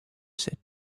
said